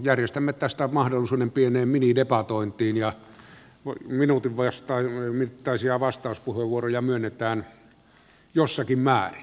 järjestämme tästä mahdollisuuden pieneen minidebatointiin ja minuutin mittaisia vastauspuheenvuoroja myönnetään jossakin määrin